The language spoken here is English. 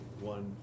one